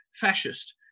fascist